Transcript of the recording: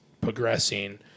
progressing